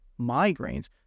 migraines